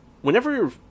Whenever